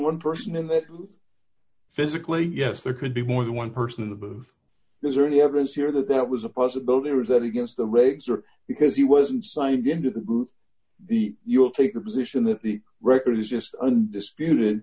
one person in that physically yes there could be more than one person in the booth is there any evidence here that that was a possibility or is that against the raids or because he wasn't signed in to the you will take the position that the record is just undisputed